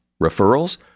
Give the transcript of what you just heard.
Referrals